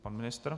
Pan ministr?